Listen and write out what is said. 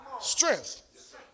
strength